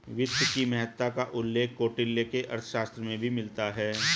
वित्त की महत्ता का उल्लेख कौटिल्य के अर्थशास्त्र में भी मिलता है